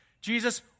Jesus